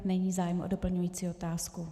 Není zájem o doplňující otázku.